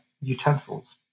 utensils